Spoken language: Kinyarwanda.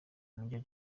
major